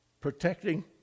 protecting